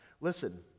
Listen